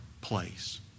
place